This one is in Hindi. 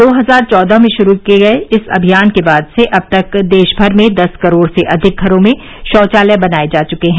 दो हजार चौदह में शुरू किए गए इस अभियान के बाद से अब तक देश भर में दस करोड़ से अधिक घरों में शौचालय बनाए जा चुके हैं